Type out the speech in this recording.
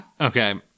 Okay